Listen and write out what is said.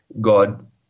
God